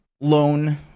loan